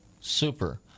Super